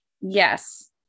Yes